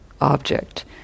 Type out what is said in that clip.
object